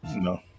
no